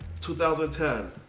2010